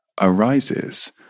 arises